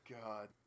god